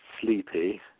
sleepy